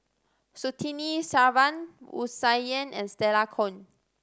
Surtini Sarwan Wu Tsai Yen and Stella Kon